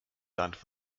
land